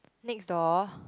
next door